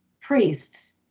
priests